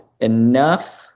enough